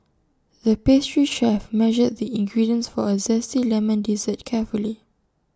the pastry chef measured the ingredients for A Zesty Lemon Dessert carefully